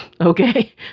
okay